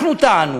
אנחנו טענו